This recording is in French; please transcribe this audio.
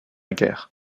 guerre